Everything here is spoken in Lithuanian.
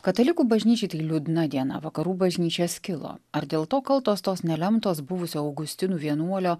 katalikų bažnyčiai tai liūdna diena vakarų bažnyčia skilo ar dėl to kaltos tos nelemtos buvusio augustinų vienuolio